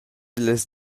dallas